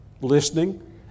listening